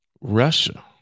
Russia